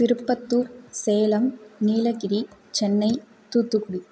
Tirupattur Salem Nilgiri Chennai Thoothukudi